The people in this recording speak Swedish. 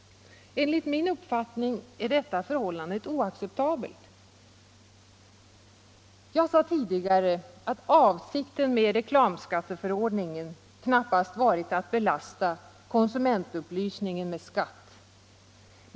Enligt min uppfattning är detta förhållande oacceptabelt. Jag sade tidigare att avsikten med reklamskatteförordningen knappast varit att belasta konsumentupplysningen med skatt.